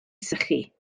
sychu